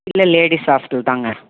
இல்லை ladies hostel தாங்க